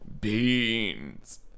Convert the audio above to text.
beans